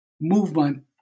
movement